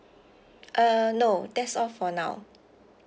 uh no that's all for now